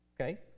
Okay